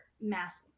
mass